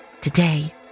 Today